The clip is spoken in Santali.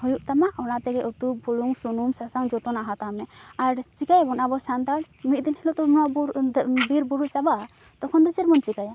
ᱦᱩᱭᱩᱜ ᱛᱟᱢᱟ ᱚᱱᱟ ᱛᱮᱜᱮ ᱩᱛᱩ ᱵᱩᱞᱩᱝ ᱥᱩᱱᱩᱢ ᱥᱟᱥᱟᱝ ᱡᱚᱛᱚᱱᱟᱜ ᱦᱟᱛᱟᱣ ᱢᱮ ᱟᱨ ᱪᱤᱠᱟᱹᱭᱟᱵᱚᱱ ᱟᱵᱚ ᱥᱟᱱᱛᱟᱲ ᱢᱤᱫᱫᱤᱱ ᱦᱤᱞᱳᱜ ᱫᱚ ᱱᱚᱣᱟ ᱵᱩᱨᱩ ᱮᱱᱛᱮᱫ ᱵᱤᱨ ᱵᱩᱨᱩ ᱪᱟᱵᱟᱜᱼᱟ ᱛᱚᱠᱷᱚᱱ ᱫᱚ ᱪᱮᱫ ᱵᱚᱱ ᱪᱤᱠᱟᱹᱭᱟ